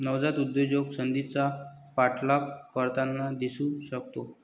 नवजात उद्योजक संधीचा पाठलाग करताना दिसू शकतो